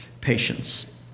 patience